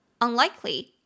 Unlikely